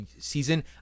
season